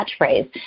catchphrase